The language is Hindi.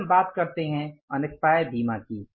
फिर हम बात करते हैं अनेक्स्पायर बीमा की